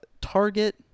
Target